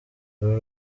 uru